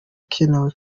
bikenewe